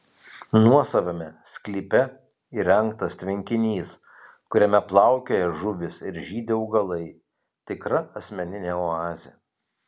nuosavame sklype įrengtas tvenkinys kuriame plaukioja žuvys ir žydi augalai tikra asmeninė oazė